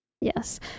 Yes